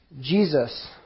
Jesus